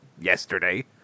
yesterday